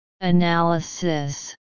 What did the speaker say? Analysis